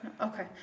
Okay